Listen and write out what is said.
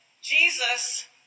Jesus